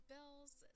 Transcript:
Bill's